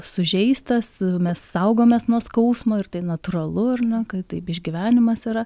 sužeistas mes saugomės nuo skausmo ir tai natūralu ar na kad taip išgyvenimas yra